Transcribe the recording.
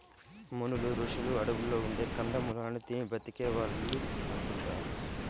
మునులు, రుషులు అడువుల్లో ఉండే కందమూలాలు తిని బతికే వాళ్ళు అంటుంటారు